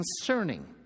concerning